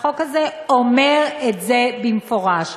החוק הזה אומר את זה במפורש,